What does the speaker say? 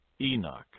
Enoch